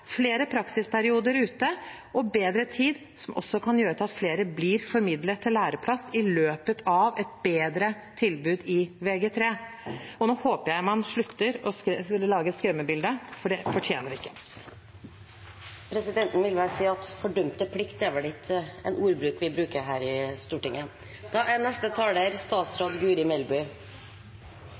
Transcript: flere praksisperioder ute og bedre tid, som også kan gjøre at flere blir formidlet til læreplass i løpet av et bedre tilbud i Vg3. Og nå håper jeg man slutter å lage et skremmebilde, for det fortjener de ikke. Presidenten vil påpeke at «fordømte plikt» vel ikke er en ordbruk vi bruker her i Stortinget. «Fullføringsreformen er